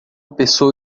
pessoa